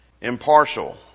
impartial